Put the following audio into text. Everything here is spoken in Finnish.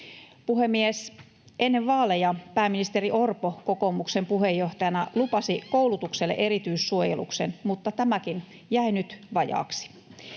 Puhemies! Ennen vaaleja pääministeri Orpo kokoomuksen puheenjohtajana lupasi koulutukselle erityissuojeluksen, mutta tämäkin jäi nyt vajaaksi.